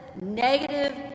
negative